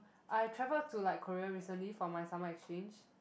I travel to like Korea recently for my summer exchange